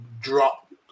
drop